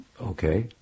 okay